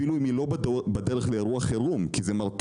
אפילו אם היא לא בדרך לאירוע חירום, כי זה מרתיע.